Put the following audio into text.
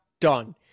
done